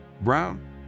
Brown